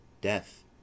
Death